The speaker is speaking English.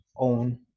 own